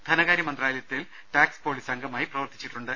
ധനകാര്യ മന്ത്രാലയ ത്തിൽ ടാക്സ് പോളിസി അംഗമായി പ്രവർത്തിച്ചിട്ടുണ്ട്